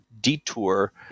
detour